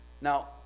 Now